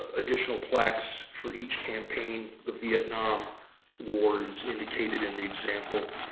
additional plaques for each campaign. the vietnam war is indicated in the example.